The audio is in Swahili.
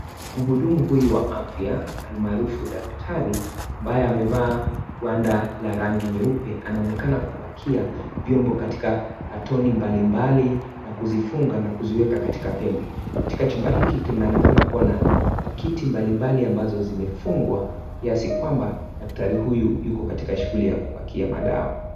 Mhudumu huyu wa afya, almaarufu daktari, ambaye amevaa kuanda la rangi nyeupe, anaonekana kupakia vyombo katika katoni mbali mbali na kuzifunga na kuziweka katika pembe. Katika chumba hiki, kinaonaekana kuwa na pakiti mbali mbali ambazo zimefungwa kiasi kwamba, daktari huyu yuko katika shuguli ya kupakia madawa.